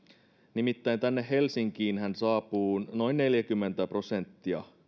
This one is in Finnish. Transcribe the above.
nimittäin tänne helsinkiinhän kaikista työssäkäyvistä noin neljäkymmentä prosenttia